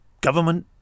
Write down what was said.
government